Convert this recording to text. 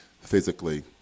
physically